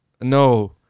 No